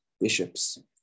bishops